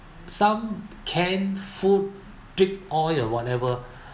some canned food drip oil or whatever